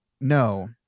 No